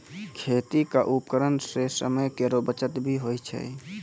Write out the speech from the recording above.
खेती क उपकरण सें समय केरो बचत भी होय छै